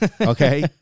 Okay